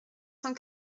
cent